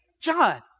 John